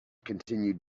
continued